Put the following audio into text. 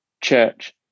church